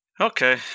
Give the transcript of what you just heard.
Okay